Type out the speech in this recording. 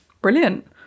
Brilliant